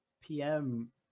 pm